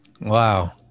Wow